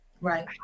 Right